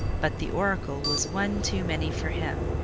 but the oracle was one too many for him,